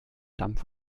dampf